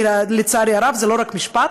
לצערי הרב, זה לא רק משפט,